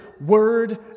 word